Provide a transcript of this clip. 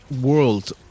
world